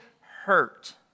hurt